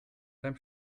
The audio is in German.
beim